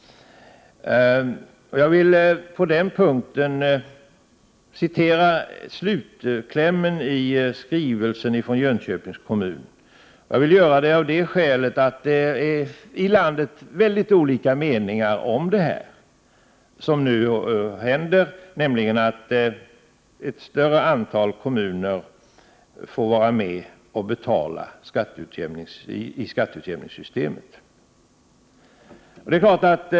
Jag vill på den punkten citera slutklämmen i skrivelsen från Jönköpings kommun. Jag gör det av det skälet att det är väldigt olika meningar i landet om det som nu händer, nämligen att ett större antal kommuner får vara med och betala i skatteutjämningssystemet.